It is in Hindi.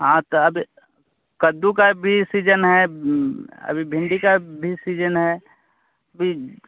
हाँ तब कद्दू का भी सीजन है अभी भिंडी का भी सीजन का भि